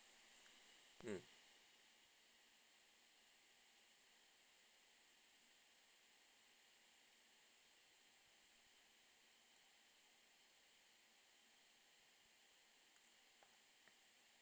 mm